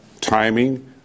Timing